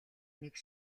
нэг